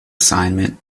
assignment